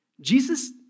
Jesus